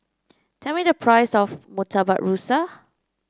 tell me the price of Murtabak Rusa